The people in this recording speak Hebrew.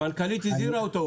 המנכ"לית הזהירה אותו.